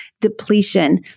depletion